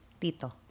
Tito